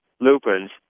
lupins